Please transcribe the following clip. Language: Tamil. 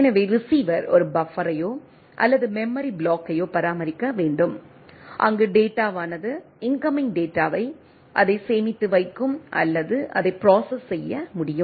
எனவே ரிசீவர் ஒரு பஃபரையோ அல்லது மெமரி பிளாக்கையோ பராமரிக்க வேண்டும் அங்கு டேட்டாவானது இன்கமிங் டேட்டாவைச் அதை சேமித்து வைக்கும் அல்லது அதை ப்ராசஸ் செய்ய முடியும்